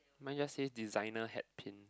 mine just say designer hat pin